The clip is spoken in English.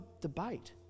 debate